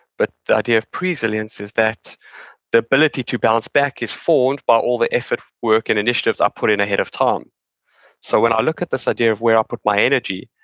but the idea of presilience is that the ability to bounce back is formed by all the effort, work, and initiatives i put in ahead of time so, when i look at this idea of where i put my energy,